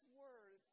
word